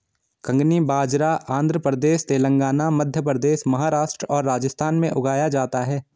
कंगनी बाजरा आंध्र प्रदेश, तेलंगाना, मध्य प्रदेश, महाराष्ट्र और राजस्थान में उगाया जाता है